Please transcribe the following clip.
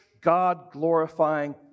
God-glorifying